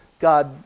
God